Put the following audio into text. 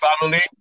family